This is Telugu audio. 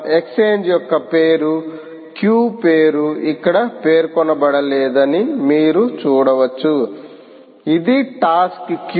ఎక్స్ఛేంజ్ యొక్క పేరు క్యూ పేరు ఇక్కడ పేర్కొనబడలేదని మీరు చూడవచ్చు ఇది టాస్క్ క్యూ